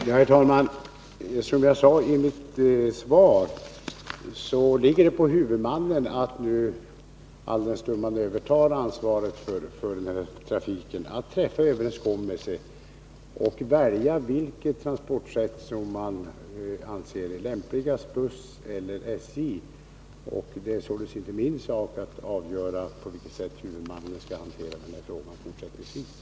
Herr talman! Som jag sade i mitt svar ligger det på huvudmannen att nu överta ansvaret för trafiken, träffa överenskommelse och välja det transportsätt som anses vara lämpligast, buss eller SJ. Det är således inte min sak att avgöra på vilket sätt huvudmannen skall hantera frågan fortsättningsvis.